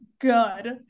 good